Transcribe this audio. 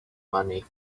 money